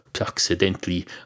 accidentally